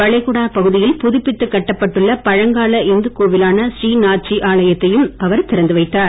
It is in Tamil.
வளைகுடா பகுதியில் புதுப்பித்து கட்டப்பட்டுள்ள பழங்கால இந்துக் கோவிலான ஸ்ரீநாத்ஜி ஆலயத்தையும் அவர் திறந்து வைத்தார்